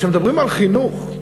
כשמדברים על חינוך,